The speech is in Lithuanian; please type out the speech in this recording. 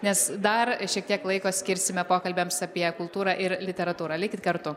nes dar šiek tiek laiko skirsime pokalbiams apie kultūrą ir literatūrą likit kartu